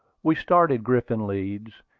we started griffin leeds,